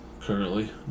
Currently